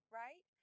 right